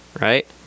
right